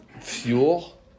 fuel